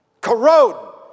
corrode